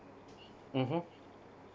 mm